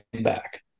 back